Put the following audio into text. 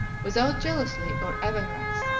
without jealousy or avarice,